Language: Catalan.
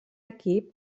equip